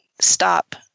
stop